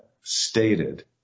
stated